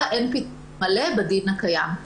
בדין הקיים.